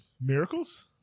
Miracles